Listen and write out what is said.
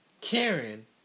Karen